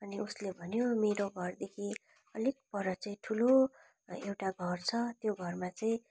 अनि उसले भन्यो मेरो घरदेखि अलिक पर चाहिँ ठुलो एउटा घर छ त्यो घरमा चाहिँ